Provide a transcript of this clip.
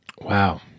Wow